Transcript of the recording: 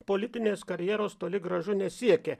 politinės karjeros toli gražu nesiekė